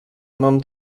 mam